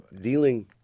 dealing